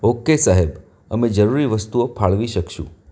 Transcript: okay સાહેબ અમે જરૂરી વસ્તુઓ ફાળવી શકીશું